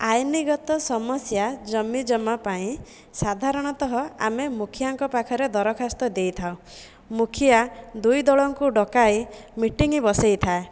ଆଇନଗତ ସମସ୍ୟା ଜମିଜମା ପାଇଁ ସାଧାରଣତଃ ଆମେ ମୁଖିଆଙ୍କ ପାଖରେ ଦରଖାସ୍ତ ଦେଇଥାଉ ମୁଖିଆ ଦୁଇ ଦଳଙ୍କୁ ଡକାଇ ମିଟିଙ୍ଗ ବସାଇଥାଏ